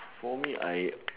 for me I